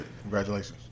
Congratulations